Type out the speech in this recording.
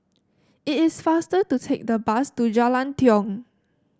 it is faster to take the bus to Jalan Tiong